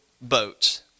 boats